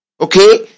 Okay